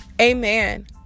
Amen